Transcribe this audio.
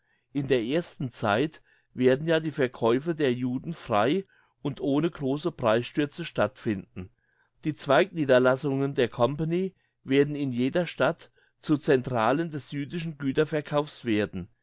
in der ersten zeit werden ja die verkäufe der juden frei und ohne grosse preisstürze stattfinden die zweigniederlassungen der company werden in jeder stadt zu centralen des jüdischen güterverkaufs werden